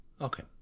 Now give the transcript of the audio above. Okay